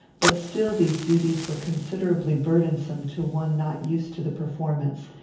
but still these duties were considerably burdensome to one not used to the performance,